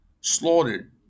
slaughtered